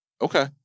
Okay